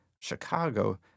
Chicago